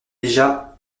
déjà